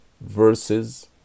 verses